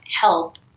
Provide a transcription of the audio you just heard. help